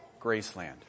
Graceland